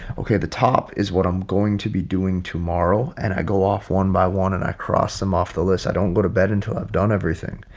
okay, the top is what i'm going to be doing tomorrow and i go off one by one and i cross them off the list. i don't go to bed until i've done everything.